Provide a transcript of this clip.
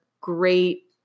great